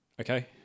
Okay